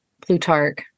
Plutarch